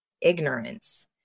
ignorance